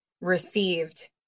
received